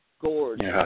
gorgeous